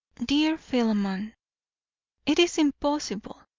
dear philemon it is impossible.